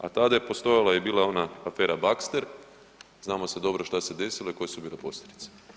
A tada je postojala i bila ona afera Baxter, znamo sve dobro šta se je desilo i koje su bile posljedice.